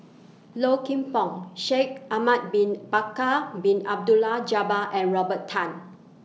Low Kim Pong Shaikh Ahmad Bin Bakar Bin Abdullah Jabbar and Robert Tan